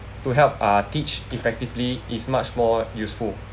to help uh teach effectively is much more useful